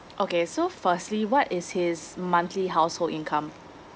okay so firstly what is his monthly household income